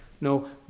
No